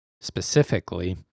specifically